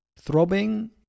Throbbing